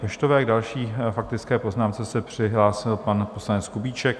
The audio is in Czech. K další faktické poznámce se přihlásil pan poslanec Kubíček.